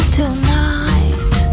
tonight